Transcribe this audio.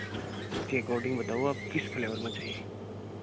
उसके एकॉर्डिंग बताओ आप किस फ्लेवर में चाहिए